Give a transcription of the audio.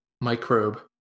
Microbe